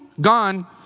gone